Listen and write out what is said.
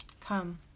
Come